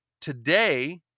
Today